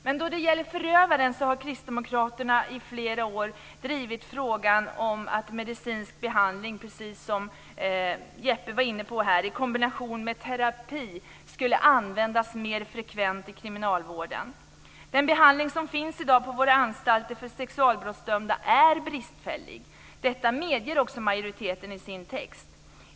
Men då det gäller förövaren har Kristdemokraterna i flera år drivit frågan att medicinsk behandling, precis som Jeppe var inne på, i kombination med terapi skulle användas mer frekvent i kriminalvården. Den behandling som finns i dag på våra anstalter för sexualbrottsdömda är bristfällig. Detta medger också majoriteten i sin text.